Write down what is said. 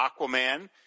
Aquaman